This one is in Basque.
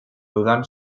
dudan